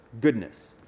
goodness